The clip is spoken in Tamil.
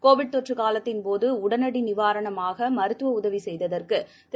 கோவிட் தொற்றுகாலத்தின்போதுஉடனடிநிவாரணமாகமருத்துவஉதவிசெய்ததற்குதிரு